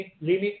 limit